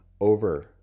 over